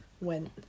went